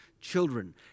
children